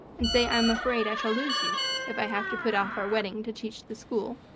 and say i am afraid i shall lose you if i have to put off our wedding to teach the school,